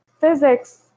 physics